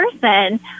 person